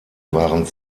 waren